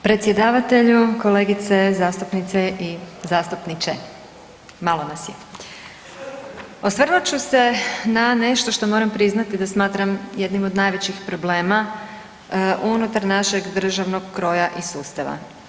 Predsjedavatelju, kolegice zastupnice i zastupniče, malo nas je, osvrnut ću se nešto što moram priznati da smatram jednim od najvećih problema unutar našeg državnog kroja i sustava.